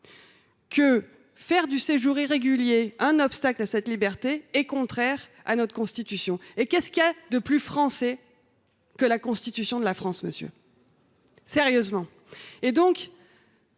que faire du séjour irrégulier un obstacle à cette liberté est contraire à notre Constitution. Or qu’y a t il de plus français que la Constitution de la France, monsieur Hochart